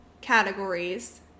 categories